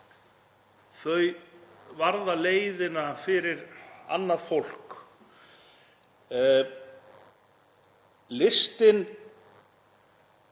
Þau varða leiðina fyrir annað fólk. Listin